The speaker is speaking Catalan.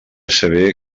saber